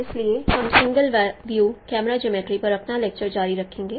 इसलिए हम single view camera geometry पर अपना लेक्चर जारी रखेंगे